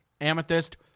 Amethyst